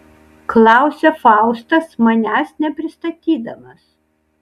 klausia faustas manęs nepristatydamas